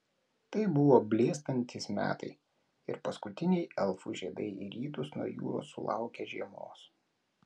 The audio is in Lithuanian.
tai buvo blėstantys metai ir paskutiniai elfų žiedai į rytus nuo jūros sulaukė žiemos